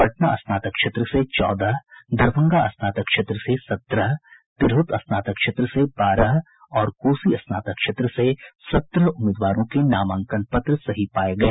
पटना स्नातक क्षेत्र से चौदह दरभंगा स्नातक क्षेत्र से सत्रह तिरहुत स्नातक क्षेत्र से बारह और कोसी स्नातक क्षेत्र से सत्रह उम्मीदवारों के नामांकन पत्र सही पाये गये